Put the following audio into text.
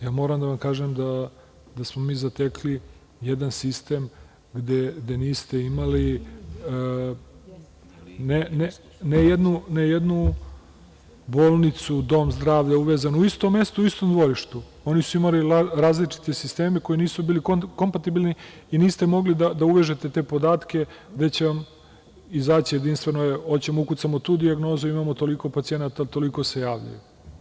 Ja moram da vam kažem da smo mi zatekli jedan sistem gde niste imali ne jednu bolnicu, dom zdravlja, uvezanu u istom mestu u istom dvorištu, oni su imali različite sisteme koji nisu bili kompatibilni i niste mogli da uvežete te podatke, neće vam izaći jedinstveno, hoćemo da ukucamo tu dijagnozu, imamo toliko pacijenata, toliko se javljaju.